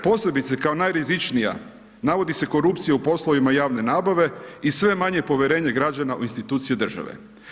Posljedice kao najrizičnija, navodi se korupcija u poslovima javne nabave i sve je manje povjerenje građana u institucije države.